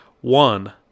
One